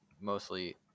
mostly